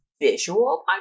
visual